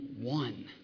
one